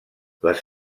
les